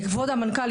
כבוד המנכ"ל,